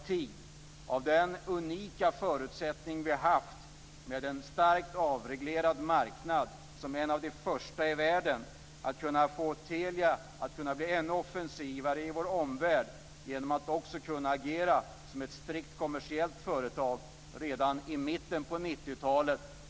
Vi hade en unik möjlighet som ett av de första länderna i världen med en starkt avreglerad marknad att få Telia att bli ännu offensivare i vår omvärld genom att agera som ett strikt kommersiellt företag redan i mitten på 90-talet.